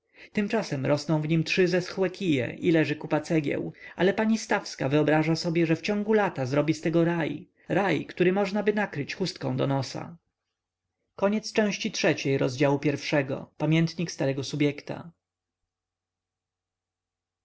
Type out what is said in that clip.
tymczasem rosną w nim trzy zeschłe kije i leży kupa cegieł ale pani stawska wyobraża sobie że wciągu lata zrobi z tego raj raj który możnaby nakryć chustką od nosa